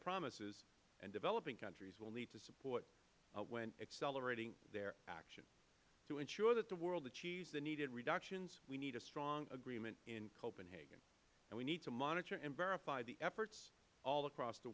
promises and developing countries will need the support when accelerating their action to ensure that the world achieves the needed reductions we need a strong agreement in copenhagen and we need to monitor and verify the efforts all across the